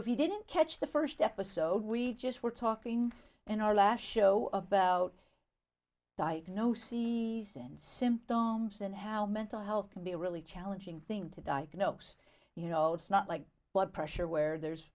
if you didn't catch the first episode we just were talking in our last show about diagnoses and simp domes and how mental health can be a really challenging thing to diagnose you know it's not like blood pressure where there's